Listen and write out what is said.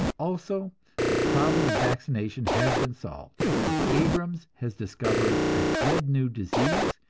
also the problem of vaccination has been solved for abrams has discovered a dread new disease,